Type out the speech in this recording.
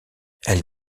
elle